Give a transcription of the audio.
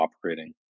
operating